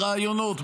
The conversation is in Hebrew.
בראיונות,